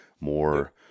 more